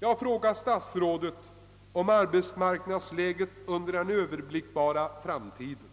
Jag har frågat statsrådet om arbetsmarknadsläget under den överblickbara framtiden.